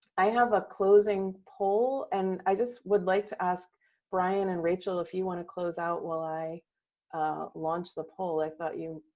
i have a closing poll, and i just would like to ask brian and rachel, if you want to close out while i launch the poll, i thought you,